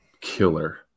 killer